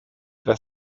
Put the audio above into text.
der